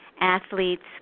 athletes